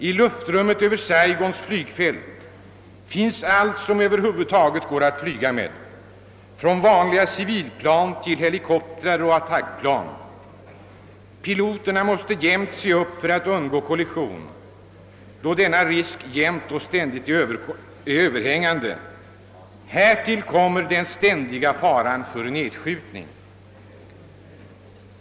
I luftrummet över Saigons flygfält finns allt som över huvud taget går att flyga med, från vanliga civilplan till helikoptrar och attackplan. Piloterna måste jämt se upp för att undgå kollision, då denna risk jämt och ständigt är överhängande. Härtill kommer den ständiga faran för nedskjutning.